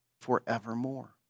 forevermore